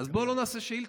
אז בוא לא נעשה שאילתות.